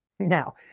Now